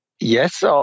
Yes